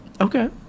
Okay